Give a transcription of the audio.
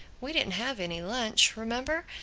we didn't have any lunch, remember.